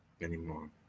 anymore